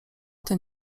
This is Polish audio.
ten